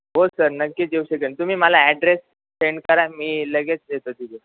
हो सर नक्कीच येऊ शकेन तुम्ही मला ॲड्रेस सेंड करा मी लगेच येतो तिथे